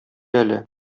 әле